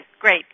Great